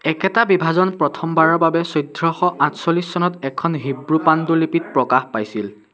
একেটা বিভাজন প্ৰথমবাৰৰ বাবে চৈধ্যশ আঠচল্লিছ চনত এখন হিব্ৰু পাণ্ডুলিপিত প্ৰকাশ পাইছিল